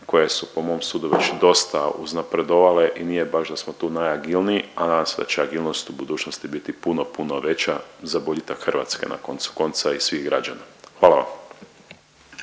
koje su po mom sudu već dosta uznapredovale i nije baš da smo tu najagilniji, a nadam se da će agilnost u budućnosti biti puno, puno veća za boljitak Hrvatske na koncu konca i svih građana. Hvala vam.